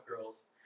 Girls